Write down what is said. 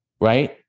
right